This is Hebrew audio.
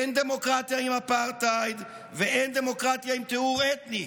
אין דמוקרטיה עם אפרטהייד ואין דמוקרטיה עם טיהור אתני.